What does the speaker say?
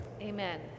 Amen